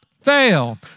fail